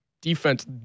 defense